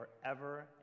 forever